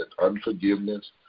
unforgiveness